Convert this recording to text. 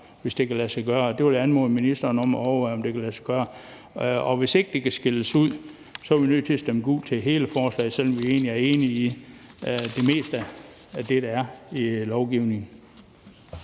hvis det kan lade sig gøre. Jeg vil anmode ministeren om at overveje, om det kan lade sig gøre, og hvis ikke det kan skilles ud, er vi nødt til at stemme gult til hele forslaget, selv om vi egentlig er enige i det meste af det, der foreslås i lovforslaget.